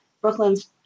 Brooklyn's